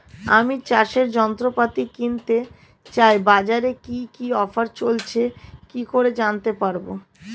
আমি চাষের যন্ত্রপাতি কিনতে চাই বাজারে কি কি অফার চলছে কি করে জানতে পারবো?